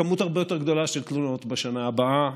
כמות הרבה יותר גדולה של תלונות בשנה הבאה,